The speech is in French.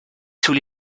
sous